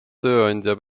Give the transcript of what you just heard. tööandja